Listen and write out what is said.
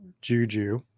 Juju